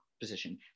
position